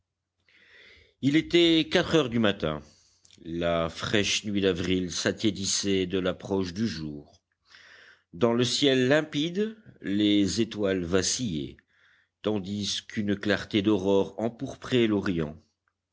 il était quatre heures du matin la fraîche nuit d'avril s'attiédissait de l'approche du jour dans le ciel limpide les étoiles vacillaient tandis qu'une clarté d'aurore empourprait l'orient